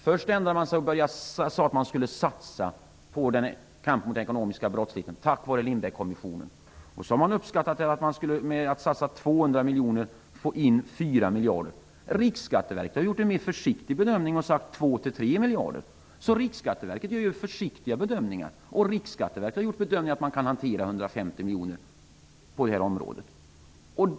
Först sade man att man skulle satsa på kampen mot den ekonomiska brottsligheten, tack vare Lindbeckkommissionen. Man uppskattade att man skulle kunna satsa 200 miljoner och få in 4 miljarder. Riksskatteverket har gjort en mer försiktig bedömning och sagt 2--3 miljarder. Riksskatteverket gör alltså försiktigare bedömningar. Riksskatteverket har gjort den bedömningen att man kan hantera 150 miljoner på det här området.